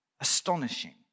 astonishing